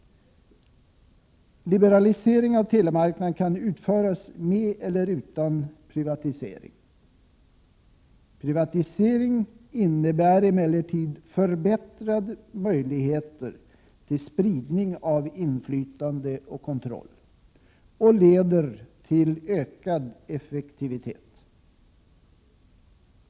Liberalisering av telemarknaden kan utföras med eller utan privatisering. Privatisering innebär emellertid förbättrade möjligheter till spridning av inflytande och kontroll och leder till ökad effektivitet.